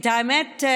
האמת,